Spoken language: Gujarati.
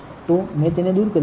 તો મેં તેને દૂર કર્યું છે